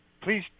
please